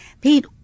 Pete